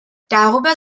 darüber